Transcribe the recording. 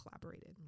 collaborated